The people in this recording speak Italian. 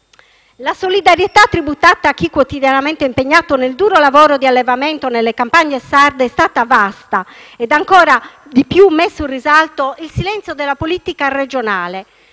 La solidarietà tributata a chi quotidianamente è impegnato nel duro lavoro di allevamento nelle campagne sarde è stata vasta ed ha messo in risalto ancor più il silenzio della politica regionale.